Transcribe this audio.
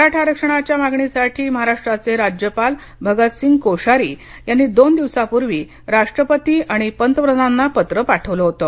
मराठा आरक्षणाच्या मागणीसाठी महाराष्ट्राचे राज्यपाल भगतसिंग कोश्यारी यांनी दोन दिवसांपूर्वी राष्ट्रपती आणि पंतप्रधानांना पत्र पाठवलं होतं